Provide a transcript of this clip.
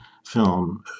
Film